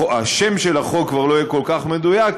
השם של החוק כבר לא יהיה כל כך מדויק,